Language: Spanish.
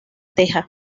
teja